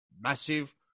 massive